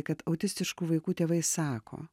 kad autistiškų vaikų tėvai sako